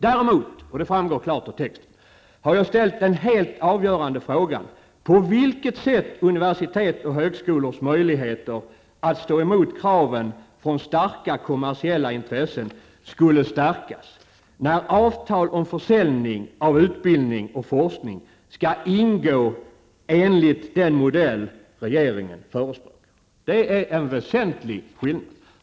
Däremot, och det framgår klart av texten, har jag ställt den helt avgörande frågan på vilket sätt universitets och högskolors möjligheter att stå emot kraven från starka kommersiella intressen skulle förstärkas, när avtal om försäljning av utbildning och forskning skall ingå, enligt den modell regeringen föreslår. Det är en väsentlig skillnad.